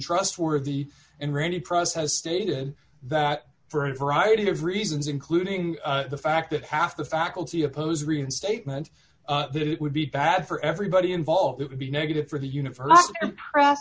trustworthy and ready cross has stated that for a variety of reasons including the fact that half the faculty oppose reinstatement that it would be bad for everybody involved it would be negative for the universe empress